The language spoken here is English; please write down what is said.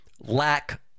lack